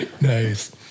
Nice